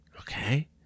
okay